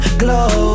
glow